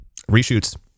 Reshoots